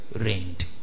Reigned